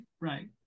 Right